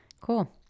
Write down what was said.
Cool